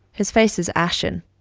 his face is ashen.